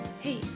Hey